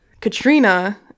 Katrina